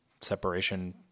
separation